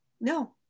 No